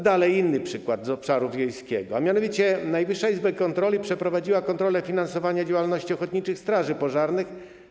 Dalej, inny przykład z obszaru wiejskiego, a mianowicie Najwyższa Izba Kontroli przeprowadziła kontrolę finansowania działalności ochotniczych straży pożarnych.